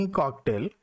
cocktail